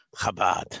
Chabad